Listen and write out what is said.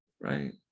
right